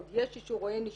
עוד יש אישור או אין אישור.